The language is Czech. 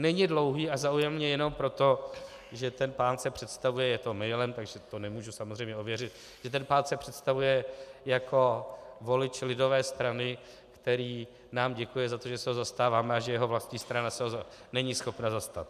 Není dlouhý a zaujal mě jenom proto, že ten pán se představuje, je to mailem, takže to nemůžu samozřejmě ověřit, že ten pán se představuje jako volič lidové strany, který nám děkuje za to, že se ho zastáváme a že jeho vlastní strana se ho není schopna zastat.